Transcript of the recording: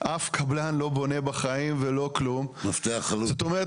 אני מבין שיש החלטה להגברת הקצב בנושא תשתיות ציבוריות,